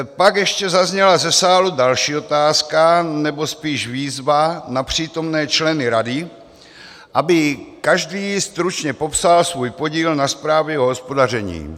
Pak ještě zazněla ze sálu další otázka, nebo spíš výzva na přítomné členy rady, aby každý stručně popsal svůj podíl na zprávě o hospodaření.